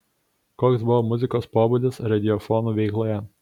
koks buvo muzikos pobūdis radiofono veikloje